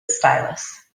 stylus